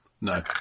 No